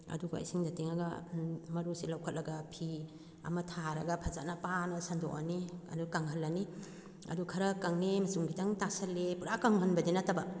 ꯑꯗꯨꯒ ꯏꯁꯤꯡꯗ ꯇꯤꯡꯉꯒ ꯃꯔꯨꯁꯤ ꯂꯧꯈꯠꯂꯒ ꯐꯤ ꯑꯃ ꯊꯥꯔꯒ ꯐꯖꯟꯅ ꯄꯥꯅ ꯁꯟꯗꯣꯛꯑꯅꯤ ꯑꯗꯨ ꯀꯪꯍꯜꯂꯅꯤ ꯑꯗꯨ ꯈꯔ ꯀꯪꯉꯦ ꯃꯆꯨꯝ ꯈꯤꯇꯪ ꯇꯥꯁꯜꯂꯦ ꯄꯨꯔ ꯀꯪꯍꯟꯕꯗꯤ ꯅꯠꯇꯕ